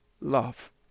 love